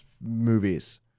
movies